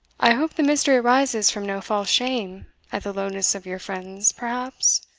i hope the mystery arises from no false shame at the lowness of your friends perhaps,